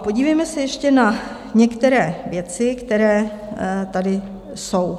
Podívejme se ještě na některé věci, které tady jsou.